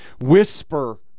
whisper